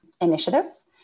initiatives